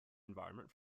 environment